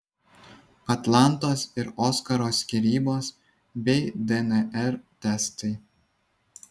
atlantos ir oskaro skyrybos bei dnr testai